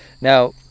Now